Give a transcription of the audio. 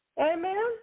Amen